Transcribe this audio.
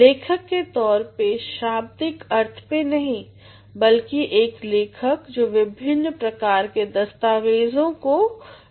लेखक के तौर पे शाब्दिक अर्थ पे नही बल्कि एक लेखक जो विभिन्न प्रकार के दस्तावेजोंको लिखता है